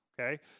okay